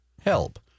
help